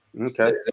Okay